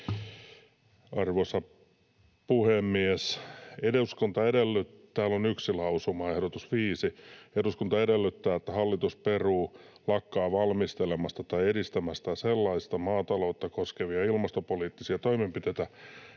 lausumaehdotus 5: ”Eduskunta edellyttää, että hallitus peruu, lakkaa valmistelemasta tai edistämästä sellaisia maataloutta koskevia ilmastopoliittisia toimenpiteitä,